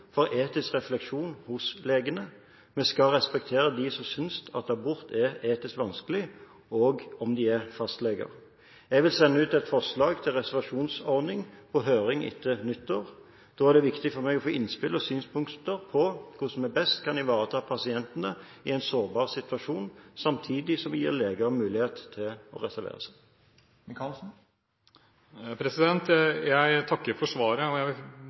for etisk refleksjon hos legene. Vi skal respektere dem som synes at abort er etisk vanskelig, også om de er fastleger. Jeg vil sende ut et forslag til reservasjonsordning på høring etter nyttår. Da er det viktig for meg å få innspill og synspunkter på hvordan vi best kan ivareta pasientene i en sårbar situasjon, samtidig som vi gir leger mulighet til å reservere seg. Jeg takker for svaret. Jeg vil